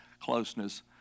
closeness